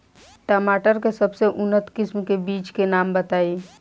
टमाटर के सबसे उन्नत किस्म के बिज के नाम बताई?